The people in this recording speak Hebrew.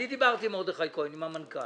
דיברתי עם מרדכי כהן, המנכ"ל.